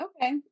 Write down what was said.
Okay